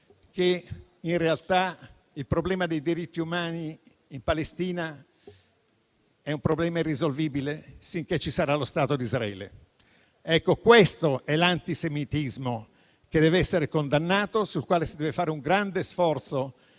- in realtà il problema dei diritti umani in Palestina è irrisolvibile finché ci sarà lo Stato di Israele. Ecco, questo è l'antisemitismo che deve essere condannato e sul quale deve essere sostenuto un grande sforzo